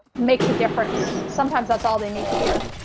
makes a difference. sometimes that's all they need to hear.